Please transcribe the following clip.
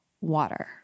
water